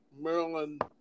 Maryland